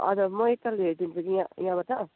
हजुर म एकतालि हेरिदिन्छु कि यहाँ यहाँबाट